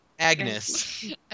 Agnes